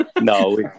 no